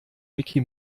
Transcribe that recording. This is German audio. micky